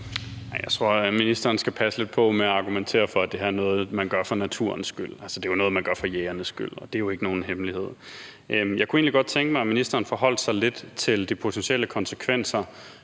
Jeg tror, at ministeren skal passe lidt på med at argumentere for, at det her er noget man gør for naturens skyld – altså, det er jo noget man gør fra jægernes skyld, og det er jo ikke nogen hemmelighed. Jeg kunne egentlig godt tænke mig, at ministeren forholdt sig lidt til de potentielle konsekvenser